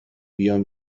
بیام